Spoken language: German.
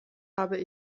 habe